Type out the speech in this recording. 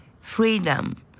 freedom